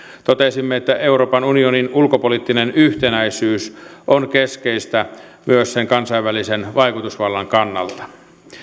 totesimme että euroopan unionin ulkopoliittinen yhtenäisyys on keskeistä myös sen kansainvälisen vaikutusvallan kannalta